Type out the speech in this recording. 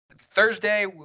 Thursday